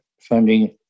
funding